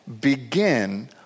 begin